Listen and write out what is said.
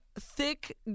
thick